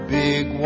big